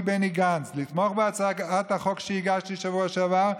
בני גנץ לתמוך בהצעת החוק שהגשתי בשבוע שעבר,